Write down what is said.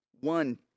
one